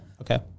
okay